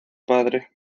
padre